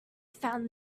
found